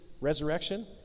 resurrection